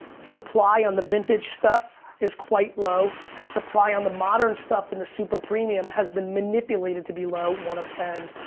supply on the vintage stuff is quite low. supply on the modern stuff in the super premium has been manipulated to be low, one of ten,